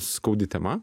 skaudi tema